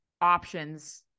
options